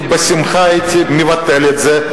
אני בשמחה הייתי מבטל את זה,